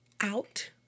out